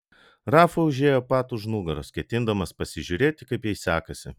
rafa užėjo pat už nugaros ketindamas pasižiūrėti kaip jai sekasi